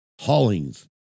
Hollings